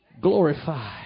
Glorify